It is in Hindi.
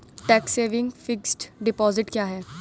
टैक्स सेविंग फिक्स्ड डिपॉजिट क्या है?